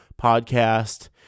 podcast